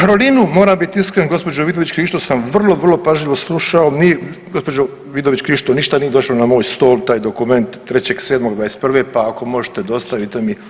Karolinu, moram bit iskren, gospođu Vidović Krišto sam vrlo, vrlo pažljivo slušao, nije gospođo Vidović Krišto, ništa nije došlo na moj stol, taj dokument 3.7.2021. pa ako možete dostavite mi.